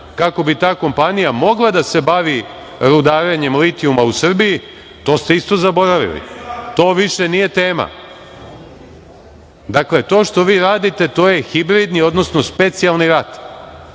kako bi ta kompanija mogla da se bavi rudarenjem litijuma u Srbiji, to ste isto zaboravili. To više nije tema. Dakle, to što vi radite, to je hibridni, odnosno specijalni rat